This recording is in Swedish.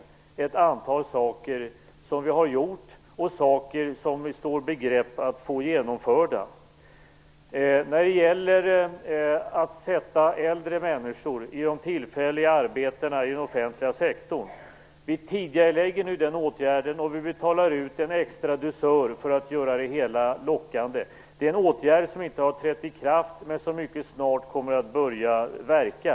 Det gäller åtgärder som regeringen har vidtagit och åtgärder som står i begrepp att bli genomförda. Åtgärden att besätta de tillfälliga arbetena i den offentliga sektorn med äldre människor tidigareläggs nu. Det betalas ut en extra dusör för att göra det hela lockande. Detta är en åtgärd som ännu inte trätt i kraft, men som mycket snart kommer att börja verka.